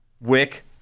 Wick